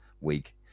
Week